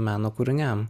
meno kūriniam